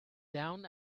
down